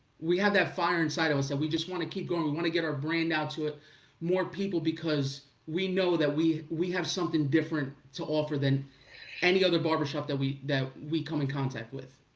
we have that fire inside of us that we just want to keep going, we wanna get our brand out to ah more people because we know that we we have something different to offer than any other barbershop that we that we come in contact with.